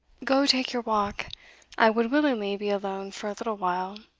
go take your walk i would willingly be alone for a little while.